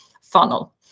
funnel